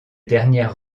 dernières